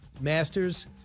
Masters